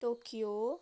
Tokyo